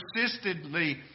persistently